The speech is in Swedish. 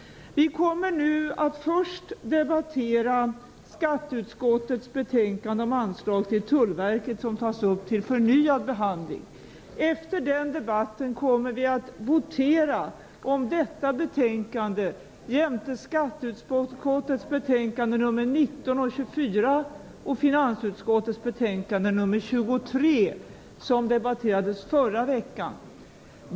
Vi kommer nu att först debattera skatteutskottets betänkande om anslag till Tullverket, som tas upp till förnyad behandling. Efter den debatten kommer vi att votera om det betänkandet jämte skatteutskottets betänkanden nr 19 och 24 och finansutskottets betänkande nr 23, som debatterades förra veckan.